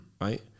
right